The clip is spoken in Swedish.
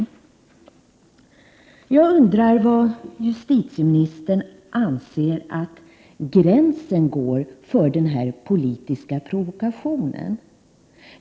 Var anser justitieministern att gränsen går för denna politiska provokation?